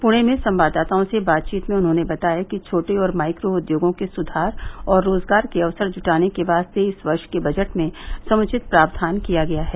पुणे में संवाददाताओं से बातचीत में उन्होंने बताया कि छोटे और माइक्रो उद्योगों के सुधार और रोजगार के अवसर जुटाने के वास्ते इस वर्ष के बजट में समुचित प्रावधान किया गया है